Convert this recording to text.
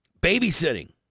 Babysitting